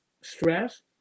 stress